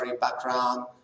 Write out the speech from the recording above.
background